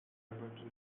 albert